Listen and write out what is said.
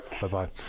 Bye-bye